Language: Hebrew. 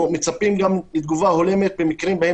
אנחנו מצפים גם לתגובה הולמת במקרים שבהם